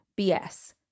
BS